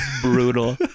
brutal